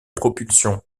propulsion